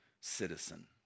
citizen